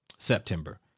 September